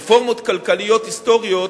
רפורמות כלכליות היסטוריות,